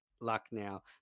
Lucknow